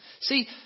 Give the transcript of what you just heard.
See